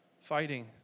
fighting